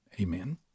Amen